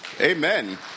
Amen